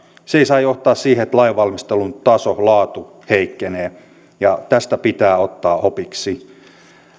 se ei saa johtaa siihen että lainvalmistelun taso ja laatu heikkenevät ja tästä pitää ottaa opiksi